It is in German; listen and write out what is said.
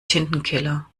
tintenkiller